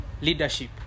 leadership